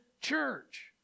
church